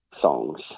songs